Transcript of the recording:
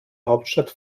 hauptstadt